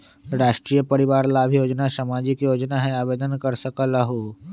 राष्ट्रीय परिवार लाभ योजना सामाजिक योजना है आवेदन कर सकलहु?